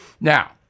Now